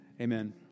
Amen